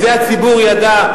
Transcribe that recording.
את זה הציבור ידע,